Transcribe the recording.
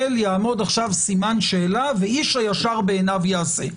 יעמוד עכשיו סימן שאלה ואיש הישר בעיניו יעשה,